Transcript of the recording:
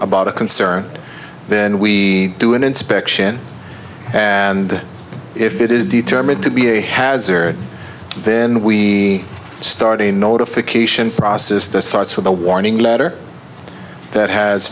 about a concern then we do an inspection and if it is determined to be a hazard then we started a notification process that starts with a warning letter that has